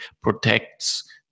protects